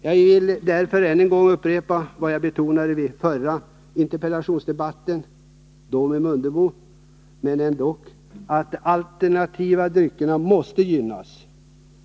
Jag vill därför upprepa vad jag betonade i den förra interpellationsdebatten — låt vara att jag förde den med Ingemar Mundebo — nämligen att de alternativa dryckerna måste gynnas.